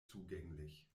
zugänglich